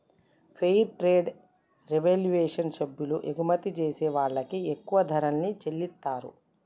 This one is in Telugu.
ఫెయిర్ ట్రేడ్ రెవల్యుషన్ సభ్యులు ఎగుమతి జేసే వాళ్ళకి ఎక్కువ ధరల్ని చెల్లిత్తారు